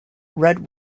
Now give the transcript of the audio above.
rudd